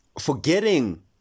Forgetting